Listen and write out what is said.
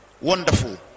wonderful